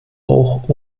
auch